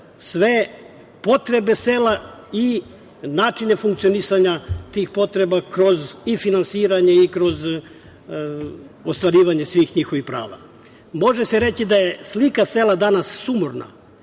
sve potrebe sela i načine funkcionisanja tih potreba i kroz finansiranje i kroz ostvarivanje svih njihovih prava. Može se reći da je slika sela danas sumorna